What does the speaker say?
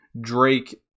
Drake